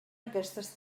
aquestes